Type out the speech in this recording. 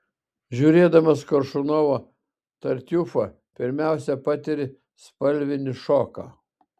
žiūrėdamas koršunovo tartiufą pirmiausia patiri spalvinį šoką